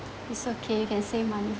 it's okay you can save money